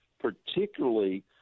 particularly